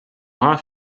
rhin